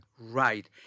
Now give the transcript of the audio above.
right